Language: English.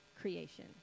creation